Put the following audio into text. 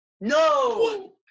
No